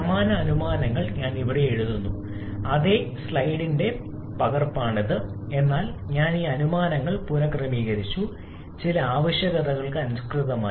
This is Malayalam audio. സമാന അനുമാനങ്ങൾ ഞാൻ ഇവിടെ എഴുതുന്നു അതേ സ്ലൈഡിന്റെ പകർപ്പാണ് എന്നാൽ ഞാൻ ഈ അനുമാനങ്ങൾ പുന ord ക്രമീകരിച്ചു ചില ആവശ്യകതകൾക്ക് അനുസൃതമായി